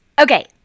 Okay